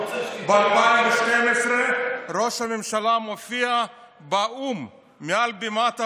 ב-2012 ראש הממשלה מופיע באו"ם, מעל במת האו"ם,